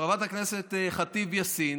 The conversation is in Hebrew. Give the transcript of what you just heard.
חברת הכנסת ח'טיב יאסין